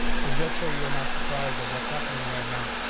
so just so you're not surprised of what's happening right now,